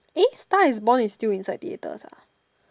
eh star is born is still inside theatres ah